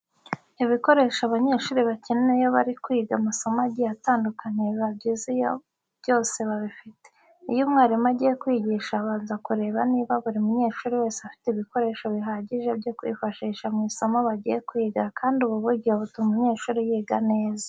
Ibikoresho abanyeshuri bakenera iyo bari kwiga amasomo agiye atandukanye biba byiza iyo byose babifite. Iyo umwarimu agiye kwigisha abanza kureba niba buri munyeshuri wese afite ibikoresho bihagije byo kwifashisha mu isomo bagiye kwiga kandi ubu buryo butuma umunyeshuri yiga neza.